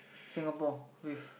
Singapore with